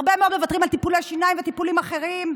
הרבה מאוד מוותרים על טיפולי שיניים וטיפולים אחרים.